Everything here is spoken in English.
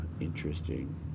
Interesting